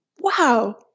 wow